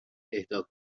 اهدا